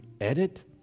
edit